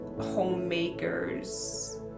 homemakers